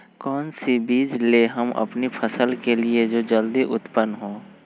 कौन सी बीज ले हम अपनी फसल के लिए जो जल्दी उत्पन हो?